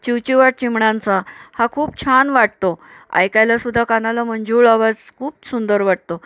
चिवचिवाट चिमण्यांचा हा खूप छान वाटतो ऐकायला सुद्धा कानाला मंजुळ आवाज खूप सुंदर वाटतो